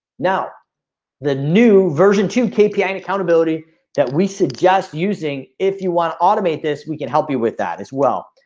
now the new version, two k yeah and accountability that we suggest using if you want automate this, we can help you with that as well.